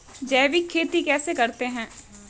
जैविक खेती कैसे करते हैं?